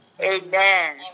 Amen